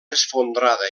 esfondrada